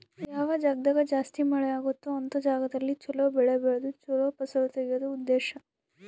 ಯಾವ ಜಾಗ್ದಾಗ ಜಾಸ್ತಿ ಮಳೆ ಅಗುತ್ತೊ ಅಂತ ಜಾಗದಲ್ಲಿ ಚೊಲೊ ಬೆಳೆ ಬೆಳ್ದು ಚೊಲೊ ಫಸಲು ತೆಗಿಯೋದು ಉದ್ದೇಶ